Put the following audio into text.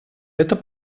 это